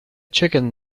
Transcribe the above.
chicken